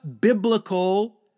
biblical